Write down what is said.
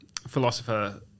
philosopher